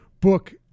book